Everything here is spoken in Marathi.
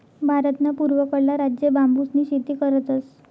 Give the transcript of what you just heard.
भारतना पूर्वकडला राज्य बांबूसनी शेती करतस